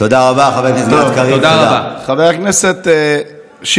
תודה רבה, חבר הכנסת גלעד קריב.